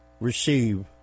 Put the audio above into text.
receive